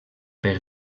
per